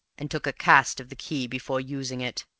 and took a cast of the key before using it.